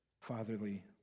fatherly